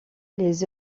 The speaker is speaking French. les